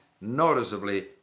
noticeably